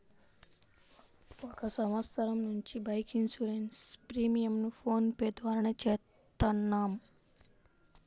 ఒక సంవత్సరం నుంచి బైక్ ఇన్సూరెన్స్ ప్రీమియంను ఫోన్ పే ద్వారానే చేత్తన్నాం